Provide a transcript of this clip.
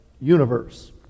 universe